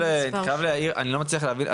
אני לא מצליח להבין,